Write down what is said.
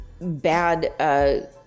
Bad